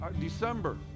December